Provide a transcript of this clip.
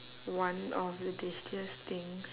one of the tastiest things